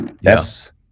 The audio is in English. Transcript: Yes